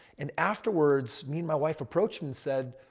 and afterwards, me and my wife approached and said,